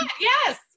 Yes